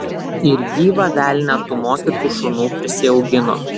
ir gyvą velnią tų mokytų šunų prisiaugino